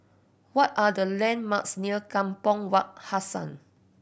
what are the landmarks near Kampong Wak Hassan